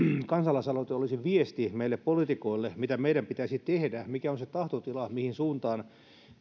kansalaisaloite olisi viesti meille poliitikoille mitä meidän pitäisi tehdä mikä on se tahtotila mihin suuntaan